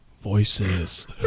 voices